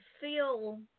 feel